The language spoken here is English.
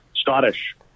Scottish